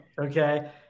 Okay